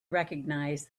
recognize